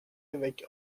avec